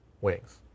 wings